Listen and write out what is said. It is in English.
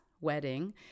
wedding